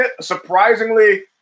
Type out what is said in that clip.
surprisingly